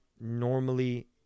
Normally